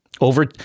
over